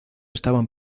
estaban